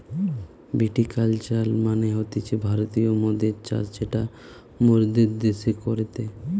ভিটি culture মানে হতিছে ভারতীয় মদের চাষ যেটা মোরদের দ্যাশে করেটে